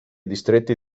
distretti